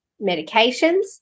medications